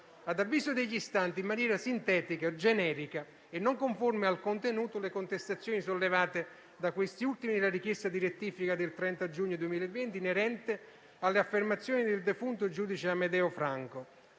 ad avviso degli istanti, in maniera sintetica, generica e non conforme al contenuto, le contestazioni sollevate da questi ultimi e la richiesta di rettifica del 30 giugno 2020 inerente alle affermazioni del defunto giudice Amedeo Franco.